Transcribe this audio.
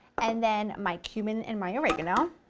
and then my cumin and my oregano. a